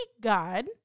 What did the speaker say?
God